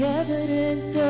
evidence